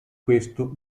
questo